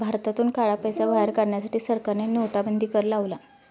भारतातून काळा पैसा बाहेर काढण्यासाठी सरकारने नोटाबंदी कर लावला